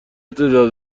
تعداد